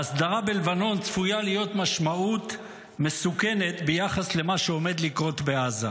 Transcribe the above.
להסדרה בלבנון צפויה להיות משמעות מסוכנת ביחס למה שעומד לקרות בעזה.